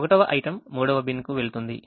1వ item 3వ బిన్కు వెళుతుంది